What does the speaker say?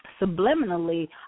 subliminally